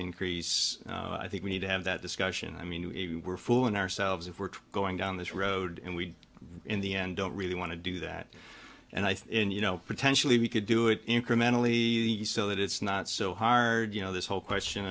increase i think we need to have that discussion i mean we were fooling ourselves if we're going down this road and we in the end don't really want to do that and i think you know potentially we could do it incrementally so that it's not so hard you know this whole question